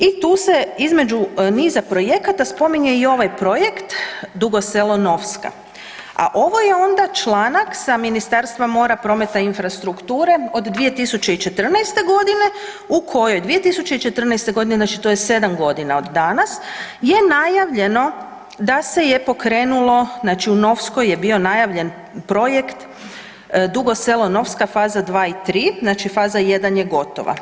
I tu se između niza projekata spominje i ovaj projekt Dugo Selo-Novska, a ovo je onda članak sa Ministarstvom mora, prometa i infrastrukture od 2014. godine u kojoj 2014. godine znači to je 7 godina od danas je najavljeno da se je pokrenulo, znači u Novskoj je bio najavljen projekt Dugo Selo-Novska faza 2 i 3, znači faza 1 je gotova.